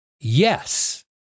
yes